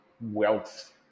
wealth